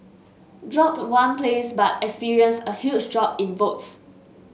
dropped one place but experienced a huge drop in votes